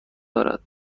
دارد